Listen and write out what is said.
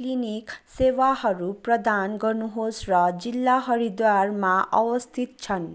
clinic सेवाहरू प्रदान गर्नुहोस् र जिल्ला हरिद्वारमा अवस्थित छन्